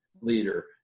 leader